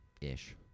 ish